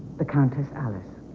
the countess alice